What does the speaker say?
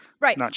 Right